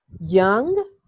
Young